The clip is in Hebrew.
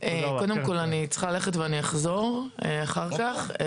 אני צריכה ללכת ואני אחזור אחר כך.